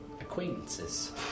acquaintances